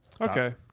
Okay